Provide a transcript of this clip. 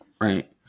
right